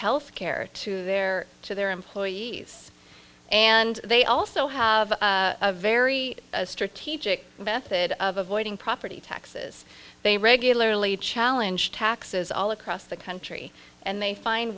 health care to their to their employees and they also have a very strategic vested of avoiding property taxes they regularly challenge taxes all across the country and they find